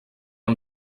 amb